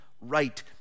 right